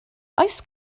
oes